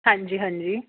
ਹਾਂਜੀ ਹਾਂਜੀ